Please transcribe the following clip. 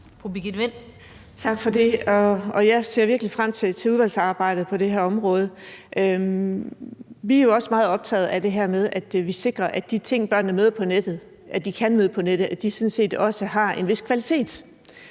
Tak for det. Jeg ser virkelig frem til udvalgsarbejdet på det her område. Vi er også meget optaget af det her med, at vi sikrer, at de ting, børnene kan møde på nettet, sådan set har en vis kvalitet.